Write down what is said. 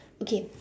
okay